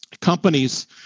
companies